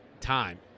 time